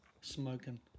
smoking